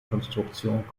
konstruktion